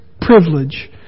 privilege